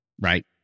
Right